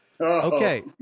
Okay